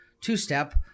two-step